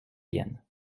vienne